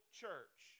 church